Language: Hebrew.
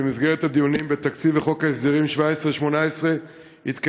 במסגרת הדיונים בתקציב וחוק ההסדרים '17 '18 התקיים